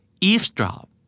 Eavesdrop